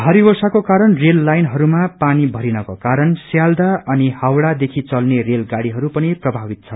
भारी वर्षाको कारण रेल लाइनहरूमा पानी भरिनको कारण सियालदह अनि हावड़ादेखि चल्ने रेल गाड़ीहरू पनि प्रभावित छन्